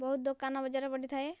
ବହୁତ ଦୋକାନ ବଜାର ପଡ଼ିଥାଏ